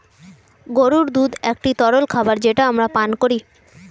গরুর দুধ একটি তরল খাবার যেটা আমরা পান করি